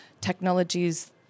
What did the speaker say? technologies